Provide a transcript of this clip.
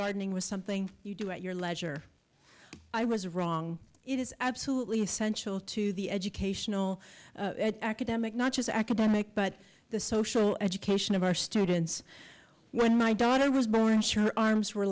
gardening was something you do at your leisure i was wrong it is absolutely essential to the educational demick not just academic but the social education of our students when my daughter was born sure arms were